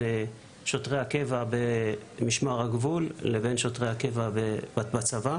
שוטרי הקבע במשמר הגבול לבין שוטרי הקבע בצבא.